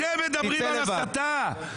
אתם מדברים על הסתה?